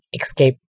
escape